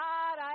God